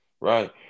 right